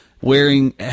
wearing